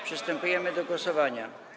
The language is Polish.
Przystępujemy do głosowania.